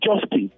justice